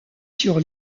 sur